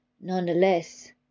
Nonetheless